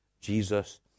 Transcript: Jesus